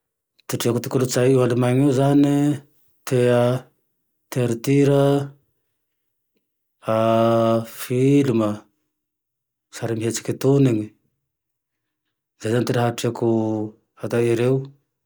Ty treako amy kolotsay Alemainy io zane e, tea tea aritira, filma, sary mihetseke toneny, zay zane ty raha treako fatao ereo